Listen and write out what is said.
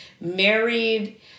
married